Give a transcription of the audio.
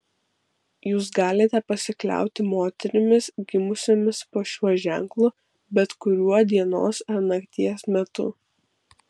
jūs galite pasikliauti moterimis gimusiomis po šiuo ženklu bet kuriuo dienos ar nakties metu